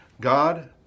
God